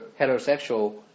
heterosexual